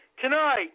Tonight